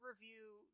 review